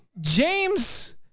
James